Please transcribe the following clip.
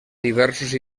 diversos